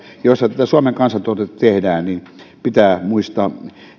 joissa tätä suomen kansantuotetta tehdään pitää muistaa